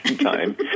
time